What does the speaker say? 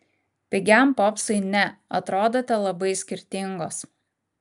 pigiam popsui ne atrodote labai skirtingos